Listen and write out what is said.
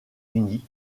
unis